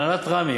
הנהלת רמ"י,